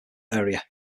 area